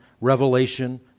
Revelation